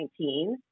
2019